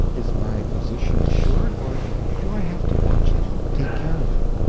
is my position assured, or do i have to watch it and take care of it?